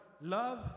love